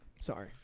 Sorry